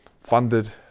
funded